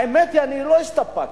האמת היא, אני לא הסתפקתי.